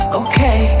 okay